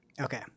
Okay